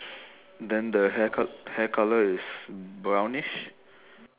then the haircut hair colour is brownish